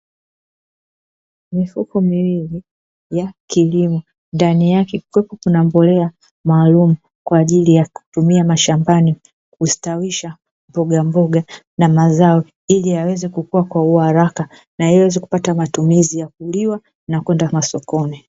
Mifuko miwili ya kilimo ndani yake kuwepo kuna mbolea maalumu kwa ajili ya kutumia mashambani, kustawisha mboga mboga na mazao ili yaweze kukua kwa uaraka, na yaweze kupata matumizi ya kuliwa na kwenda masokoni.